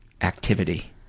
activity